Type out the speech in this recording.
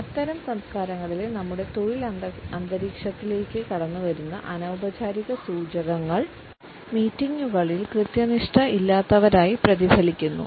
അത്തരം സംസ്കാരങ്ങളിലെ നമ്മുടെ തൊഴിൽ അന്തരീക്ഷത്തിലേക്ക് കടന്നുവരുന്ന അനൌപചാരിക സൂചകങ്ങൾ മീറ്റിംഗുകളിൽ കൃത്യനിഷ്ഠയില്ലാത്തവരായി പ്രതിഫലിക്കുന്നു